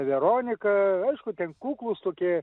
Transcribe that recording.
veronika aišku ten kuklūs tokie